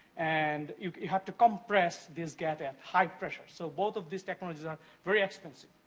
and you have to compress this gas in high pressure. so, both of these technologies are very expensive.